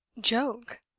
joke?